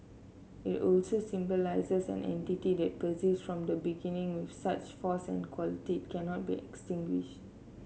it also symbolises an entity that persists from the beginning with such force and quality it cannot be extinguished